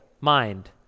mind